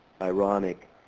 Ironic